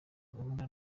gahunda